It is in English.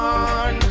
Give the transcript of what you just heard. on